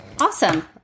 Awesome